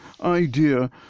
idea